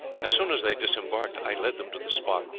as soon as they disembarked i led them to the spot,